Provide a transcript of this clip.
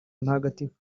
ntagatifu